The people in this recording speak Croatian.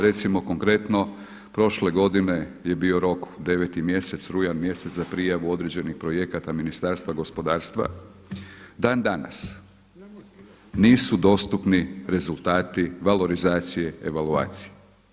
Recimo konkretno prošle godine je bio rok 9. mjesec, rujan mjesec za prijavu određenih projekata Ministarstva gospodarstva, dan danas nisu dostupni rezultati valorizacije, evaluacije.